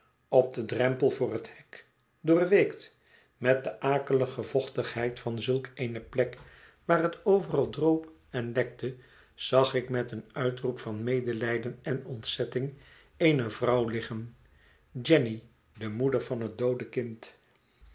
op den drempel voor het hek doorweekt met de akelige vochtigheid van zulk eene plek waar het overal droop en lekte zag ik met een uitroep van medelijden en ontzetting eene vrouw liggen jenny de moeder van het doode kind